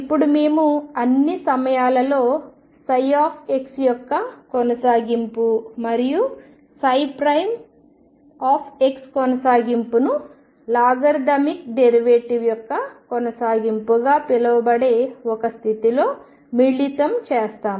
ఇప్పుడు మేము అన్ని సమయాలలో యొక్క కొనసాగింపు మరియు కొనసాగింపును లాగరిథమిక్ డెరివేటివ్ యొక్క కొనసాగింపుగా పిలవబడే ఒక స్థితిలో మిళితం చేస్తాము